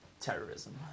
terrorism